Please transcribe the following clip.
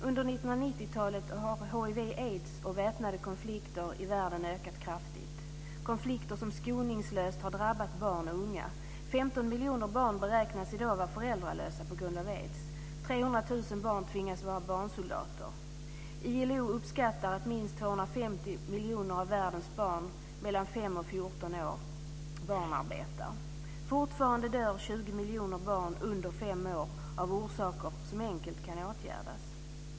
Under 1990 talet har hiv/aids och väpnade konflikter i världen ökat kraftigt - konflikter som skoningslöst har drabbat barn och unga. 15 miljoner barn beräknas i dag vara föräldralösa på grund av aids. 300 000 barn tvingas vara barnsoldater. ILO uppskattar att minst 250 miljoner av världens barn mellan 5 och 14 år barnarbetar. Fortfarande dör 20 miljoner barn under fem år av orsaker som enkelt kan åtgärdas.